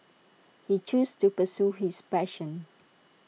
he chose to pursue his passion